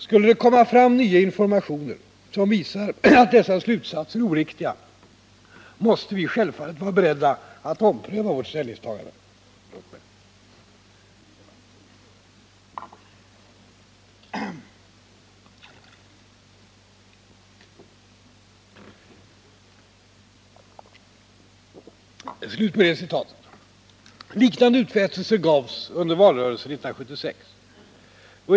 Skulle det komma fram nya informationer som visar att dessa slutsatser är oriktiga måste vi självfallet vara beredda att ompröva vårt ställningstagande.” Liknande utfästelser gavs under valrörelsen 1976.